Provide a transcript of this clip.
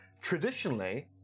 Traditionally